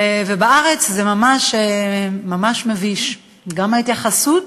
ובארץ זה ממש ממש מביש, גם ההתייחסות,